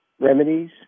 remedies